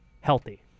healthy